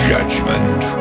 Judgment